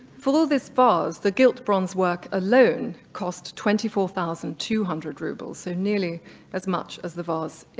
for this vase, the gilt bronze work alone cost twenty four thousand two hundred rubles, so nearly as much as the vase,